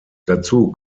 dazu